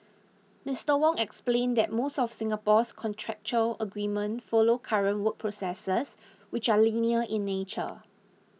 Mister Wong explained that most of Singapore's contractual agreements follow current work processes which are linear in nature